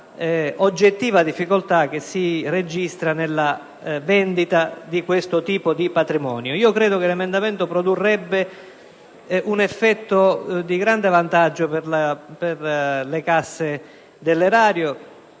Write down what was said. l'oggettiva difficoltà che si registra nella vendita di questo tipo di cespiti patrimoniali. Credo che l'emendamento produrrebbe un effetto di grande vantaggio per le casse dell'Erario